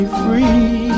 free